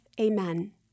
Amen